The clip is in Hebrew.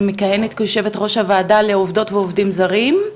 מכהנת כיו"ר הוועדה לעובדות ועובדים זרים.